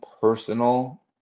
personal